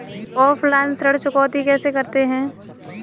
Offline ऋण चुकौती कैसे करते हैं?